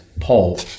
Paul